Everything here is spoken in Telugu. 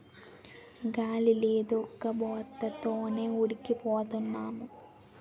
గాలి లేదు ఉక్కబోత తోనే ఉడికి పోతన్నాం